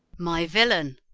my villain!